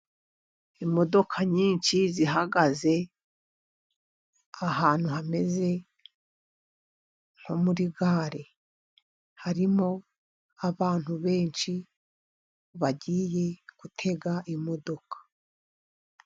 Imodoka nyinshi zihagaze ahantu hameze nko muri gare. Harimo abantu benshi bagiye gutega imodoka.